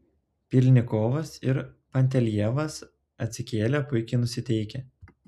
pylnikovas ir pantelejevas atsikėlė puikiai nusiteikę